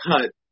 cut